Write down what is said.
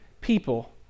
people